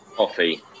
Coffee